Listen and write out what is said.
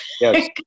Yes